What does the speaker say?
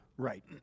Right